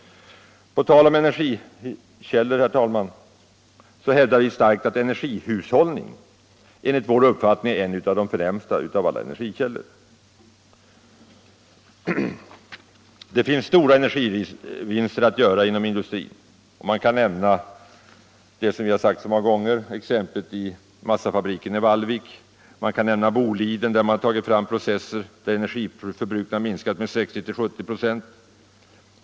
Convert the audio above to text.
På tal om energikällor, herr talman, hävdar vi starkt att energihushållning enligt vår uppfattning är en av de förnämsta av alla energikällor. Det finns stora energivinster att göra inom industrin. Vi har många gånger pekat på exemplet från massafabriken i Vallvik, och jag kan nämna Boliden, där man har tagit fram processer som minskat energiförbrukningen med 60-70 946.